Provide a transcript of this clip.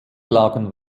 lagen